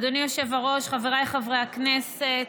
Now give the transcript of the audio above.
אדוני היושב-ראש, חבריי חברי הכנסת,